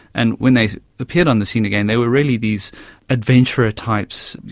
and when they appeared on the scene again they were really these adventurer types,